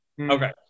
okay